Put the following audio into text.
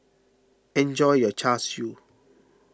enjoy your Char Siu